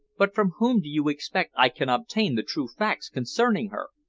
but from whom do you expect i can obtain the true facts concerning her,